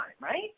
right